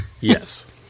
Yes